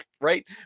right